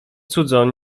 cudzą